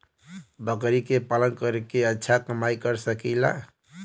बकरी के पालन करके अच्छा कमाई कर सकीं ला?